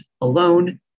alone